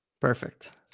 Perfect